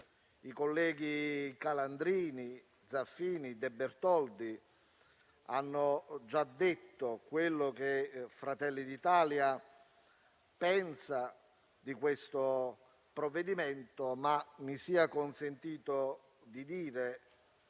i colleghi Calandrini, Zaffini e De Bertoldi hanno già detto quello che Fratelli d'Italia pensa del provvedimento in esame, ma mi sia consentito dire